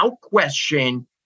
question